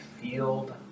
field